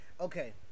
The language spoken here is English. Okay